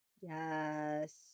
Yes